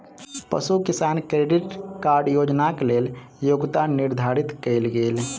पशु किसान credit card योजनाक लेल योग्यता निर्धारित कयल गेल